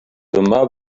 dyma